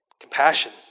compassion